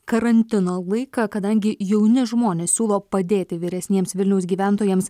karantino laiką kadangi jauni žmonės siūlo padėti vyresniems vilniaus gyventojams